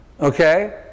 okay